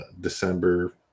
December